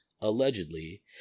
allegedly